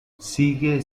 siguen